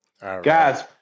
Guys